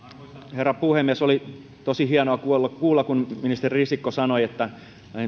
herra puhemies oli tosi hienoa kuulla kuulla kun ministeri risikko sanoi että